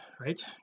right